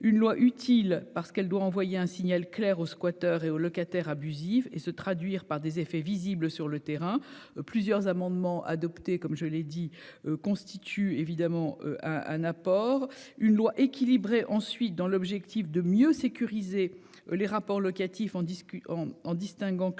Une loi utile parce qu'elle doit envoyer un signal clair aux squatters et aux locataires abusive et se traduire par des effets visibles sur le terrain. Plusieurs amendements adoptés comme je l'ai dit constitue évidemment un un apport une loi équilibrée ensuite dans l'objectif de mieux sécuriser les rapports locatifs, on discute en distinguant clairement